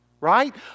Right